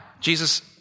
Jesus